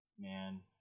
Man